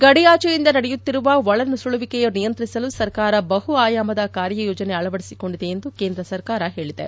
ಗಡಿಯಾಚೆಯಿಂದ ನಡೆಯುತ್ತಿರುವ ಒಳನುಸುಳುವಿಕೆ ನಿಯಂತ್ರಿಸಲು ಸರ್ಕಾರ ಬಹು ಆಯಾಮದ ಕಾರ್ಯ ಯೋಜನೆ ಅಳವಡಿಸಿಕೊಂಡಿದೆ ಎಂದು ಕೇಂದ್ರ ಸರ್ಕಾರ ಹೇಳಿದೆ